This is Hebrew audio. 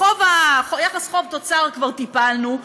ביחס חוב תוצר כבר טיפלנו,